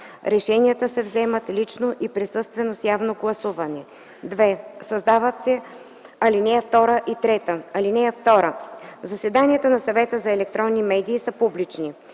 „Решенията се вземат лично и присъствено с явно гласуване”. 2. Създават се ал. 2 и 3: „(2) Заседанията на Съвета за електронни медии са публични.